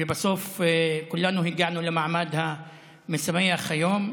ובסוף כולנו הגענו למעמד המשמח היום.